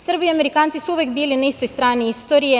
Srbi i Amerikanci su uvek bili na istoj strani istorije.